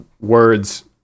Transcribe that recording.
words